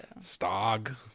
Stog